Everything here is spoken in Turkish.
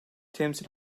temsil